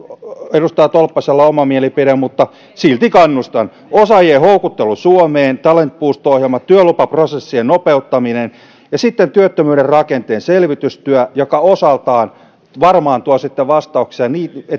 edustaja tolppasella oma mielipide mutta silti kannustan osaajien houkuttelu suomeen talent boost ohjelma työlupaprosessien nopeuttaminen ja sitten työttömyyden rakenteen selvitystyö joka osaltaan varmaan tuo vastauksia